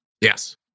Yes